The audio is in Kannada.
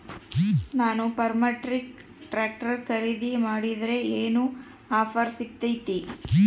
ನಾನು ಫರ್ಮ್ಟ್ರಾಕ್ ಟ್ರಾಕ್ಟರ್ ಖರೇದಿ ಮಾಡಿದ್ರೆ ಏನು ಆಫರ್ ಸಿಗ್ತೈತಿ?